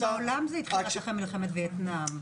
גם בעולם זה התחיל רק אחרי מלחמת וייטנאם.